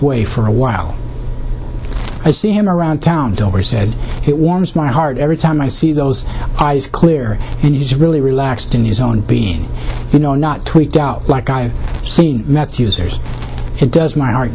way for a while i see him around town and over said it warms my heart every time i see those eyes clear and he's really relaxed in his own being you know not tweaked out like i have seen meth users it does my heart